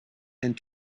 and